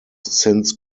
since